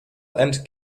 and